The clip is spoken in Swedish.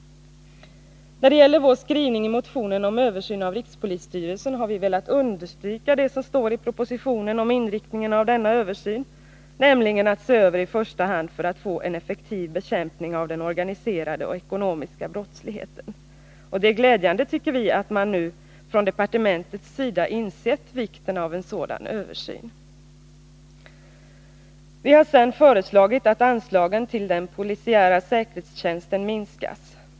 När det gäller vår skrivning i motionen om översynen av rikspolisstyrelsen har vi velat understryka det som står i propositionen om inriktningen av denna översyn, nämligen att se över i första hand för att få en effektiv bekämpning av den organiserade och ekonomiska brottsligheten. Vi tycker att det är glädjande att departementet nu har insett vikten av en sådan 159 Vi har sedan föreslagit att anslagen till den polisiära säkerhetstjänsten minskas.